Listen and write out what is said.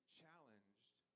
challenged